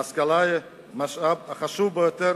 ההשכלה היא המשאב החשוב ביותר